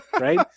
right